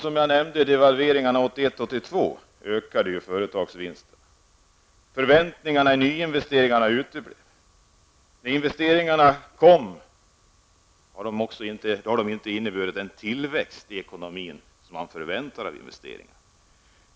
Som jag nämnde tidigare innebar devalveringarna Förväntningarna i nyinvesteringar uteblev. När investeringarna kom har de inte inneburit någon tillväxt i ekonomin, som man kan förvänta sig av investeringar.